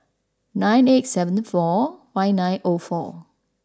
nine eight seventy four five O four